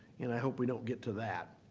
and i hope we don't get to that.